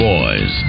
Boys